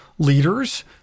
leaders